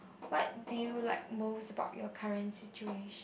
what do you like most about your current situation